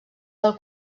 del